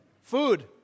Food